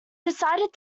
decided